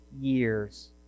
years